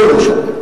לא ירושלים.